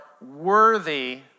worthy